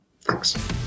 Thanks